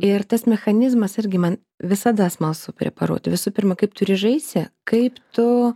ir tas mechanizmas irgi man visada smalsu preparuoti visų pirma kaip tu ryžaisi kaip tu